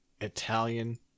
Italian